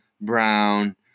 Brown